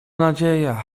nadzieja